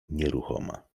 nieruchoma